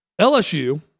LSU